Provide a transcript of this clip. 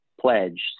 pledge